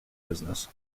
business